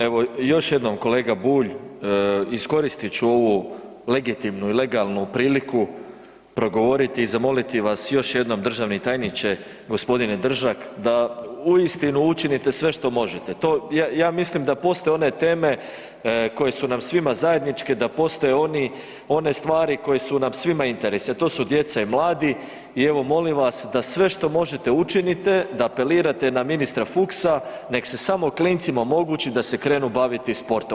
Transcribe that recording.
Evo, još jednom kolega Bulj, iskoristit ću ovu legitimnu i legalnu priliku progovoriti i zamoliti vas, još jednom, državni tajniče, g. Držak da uistinu učinite sve što možete, to, ja mislim da postoje one teme koje su nam svima zajedničke, da postoje one stvari koje su nam svima interesi, a to su djeca i mladi i evo, molim vas da sve što možete, učinite, da apelirate na ministra Fuchsa, nek se samo klincima omogući da se krenu baviti sportom.